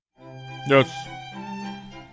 Yes